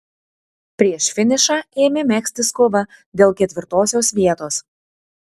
prieš finišą ėmė megztis kova dėl ketvirtosios vietos